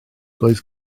doedd